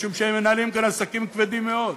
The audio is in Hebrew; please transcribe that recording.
משום שהם מנהלים כאן עסקים כבדים מאוד.